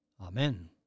Amen